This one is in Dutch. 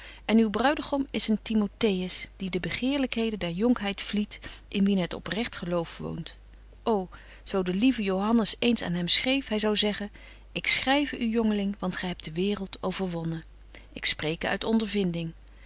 en uw bruidegom is een timotheus die de begeerlykheden der jonkheid vliedt in wien het oprecht geloof woont ô zo de lieve johannes eens aan hem schreef hy zou zeggen ik schryve u jongeling want gy hebt de waereld overwonnen ik spreke uit ondervinding